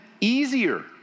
easier